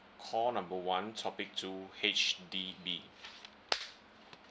call number one topic two H_D_B